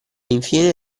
infine